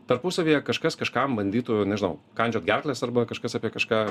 tarpusavyje kažkas kažkam bandytų nežinau kandžiot gerkles arba kažkas apie kažką